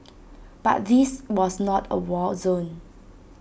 but this was not A war zone